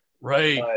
right